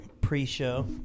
pre-show